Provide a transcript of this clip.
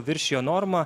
viršijo normą